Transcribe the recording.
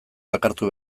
bakartu